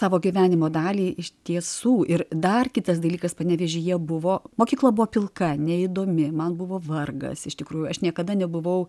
savo gyvenimo dalį iš tiesų ir dar kitas dalykas panevėžyje buvo mokykla buvo pilka neįdomi man buvo vargas iš tikrųjų aš niekada nebuvau